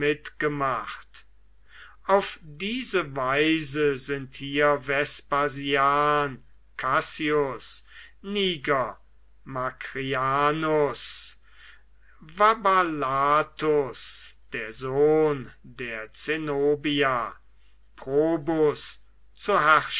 auf diese weise sind hier vespasian cassius niger macrianus vaballathus der sohn der